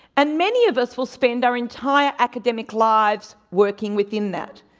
and many of us will spend our entire academic lives working within that.